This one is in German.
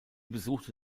besuchte